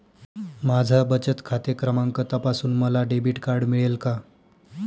माझा बचत खाते क्रमांक तपासून मला डेबिट कार्ड मिळेल का?